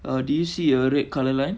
uh do you see a red colour line